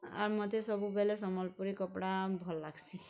ଆର୍ ମତେ ସବୁବେଲେ ସମ୍ବଲପୁରୀ କପଡ଼ା ଭଲ୍ ଲାଗ୍ସି